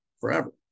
forever